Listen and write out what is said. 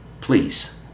please